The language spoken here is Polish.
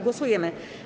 Głosujemy.